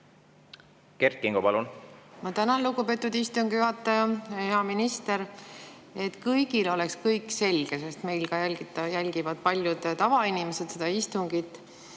Kert Kingo, palun! Ma tänan, lugupeetud istungi juhataja! Hea minister! Et kõigil oleks kõik selge, sest meil jälgivad ka paljud tavainimesed seda istungit,